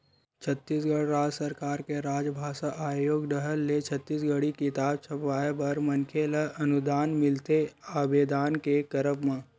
छत्तीसगढ़ राज सरकार के राजभासा आयोग डाहर ले छत्तीसगढ़ी किताब छपवाय बर मनखे ल अनुदान मिलथे आबेदन के करब म